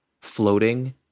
floating